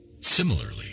Similarly